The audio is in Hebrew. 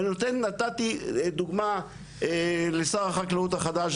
ונתתי דוגמה לשר החקלאות החדש,